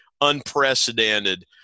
unprecedented